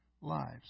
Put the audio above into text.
lives